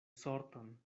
sorton